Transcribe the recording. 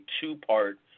two-part